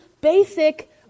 basic